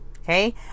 okay